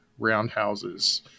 roundhouses